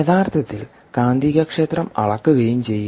യഥാർത്ഥത്തിൽ കാന്തികക്ഷേത്രം അളക്കുകയും ചെയ്യും